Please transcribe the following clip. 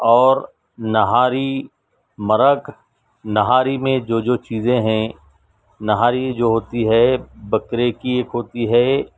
اور نہاری مرک نہاری میں جو جو چیزیں ہیں نہاری جو ہوتی ہے بکرے کی ایک ہوتی ہے